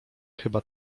chyba